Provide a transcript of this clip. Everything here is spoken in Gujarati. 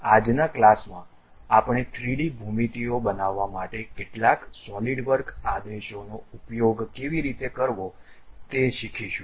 આજના ક્લાસમાં આપણે 3D ભૂમિતિઓ બનાવવા માટે કેટલાક સોલિડવર્ક આદેશોનો ઉપયોગ કેવી રીતે કરવો તે શીખીશું